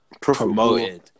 promoted